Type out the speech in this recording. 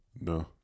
No